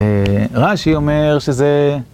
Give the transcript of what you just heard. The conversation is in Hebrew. רש״י אומר שזה...